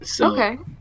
Okay